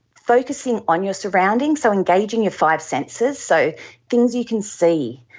focusing on your surroundings, so engaging your five senses, so things you can see,